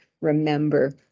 remember